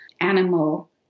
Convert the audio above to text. animal